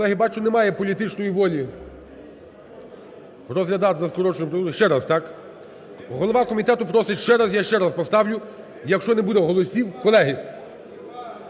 Колеги, бачу, немає політичної волі розглядати за скороченою процедурою. Ще раз, так? Голова комітету просить ще раз, я ще раз поставлю. Якщо не буде голосів… Колеги,